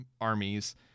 armies